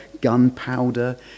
gunpowder